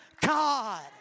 God